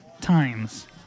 times